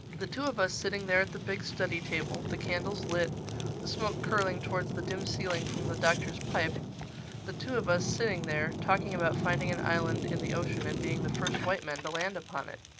the two of us sitting there at the big study-table the candles lit the smoke curling towards the dim ceiling from the doctor's pipe the two of us sitting there, talking about finding an island in the ocean and being the first white men to land upon it!